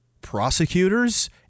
prosecutors